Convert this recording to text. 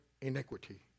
iniquity